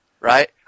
Right